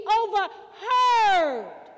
overheard